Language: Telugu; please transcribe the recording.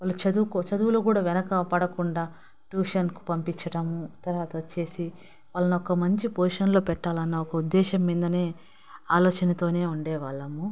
వాళ్ళు చదువుకో చదువులో కూడా వెనక పడకుండా ట్యూషన్కి పంపించడం తర్వాత వచ్చేసి వాళ్ళని ఒక మంచి పొజిషన్లో పెట్టాలన్న ఒక ఉద్దేశం మీదనే ఆలోచనతోనే ఉండేవాళ్ళము